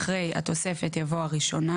אחרי "התוספת" יבוא "הראשונה"